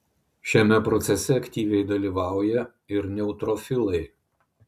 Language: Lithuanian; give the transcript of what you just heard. šiame procese aktyviai dalyvauja ir neutrofilai